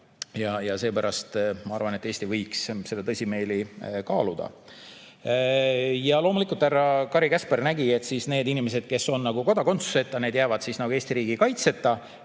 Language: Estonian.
Seepärast ma arvan, et Eesti võiks seda tõsimeeli kaaluda. Loomulikult härra Kari Käsper nägi, et need inimesed, kes on kodakondsuseta, jäävad Eesti riigi kaitseta.